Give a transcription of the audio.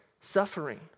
suffering